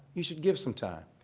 you should give some time.